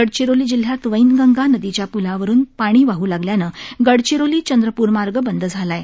गडचिरोली जिल्ह्यात वैनगंगा नदीच्या प्लावरून पाणी वाह् लागल्यानं गडचिरोली चंद्रपूर मार्ग बंद झाला आहे